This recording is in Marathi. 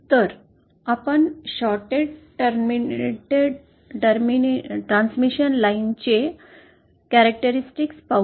तर आपण शॉर्टेड ट्रान्समिशन लाईनचे कॅरक्टेरिस्टिक्स पाहू या